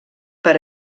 per